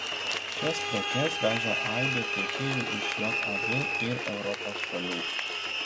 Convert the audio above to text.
šias prekes veža aibė tiekėjų iš jav ir europos šalių